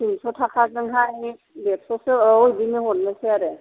थिनस' थाखाजोंहाय देरस' सो औ बिदिनो हरनोसै आरो